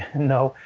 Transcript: no,